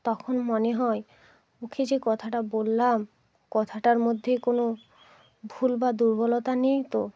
তখন মনে হয় ওকে যে কথাটা বললাম কথাটার মধ্যে কোনো ভুল বা দুর্বলতা নেই তো